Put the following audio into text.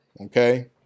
okay